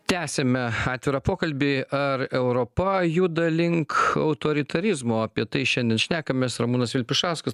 tęsiame atvirą pokalbį ar europa juda link autoritarizmo apie tai šiandien šnekamės ramūnas vilpišauskas